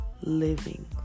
living